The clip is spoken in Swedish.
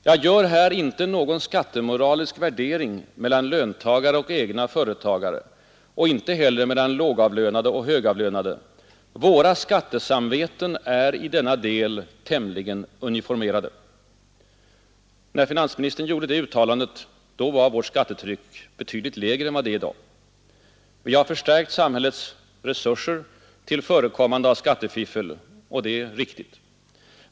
Jag gör här inte någon skattemoralisk värdering mellan löntagare och egna företagare och inte heller mellan lågavlönade och högavlönade. Våra skattesamveten är i denna del tämligen uniformerade” När finansministern gjorde detta uttalande var vårt skattetryck betydligt lägre än det är i dag. Vi har fö förekommande av skattefiffel, och det är riktigt.